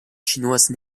chinoise